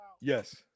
yes